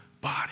body